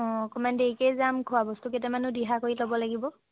অঁ অকণমান দেৰিকেই যাম খোৱা বস্তু কেইটামানো দিহা কৰি ল'ব লাগিব